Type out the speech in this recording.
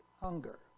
hunger